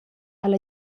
alla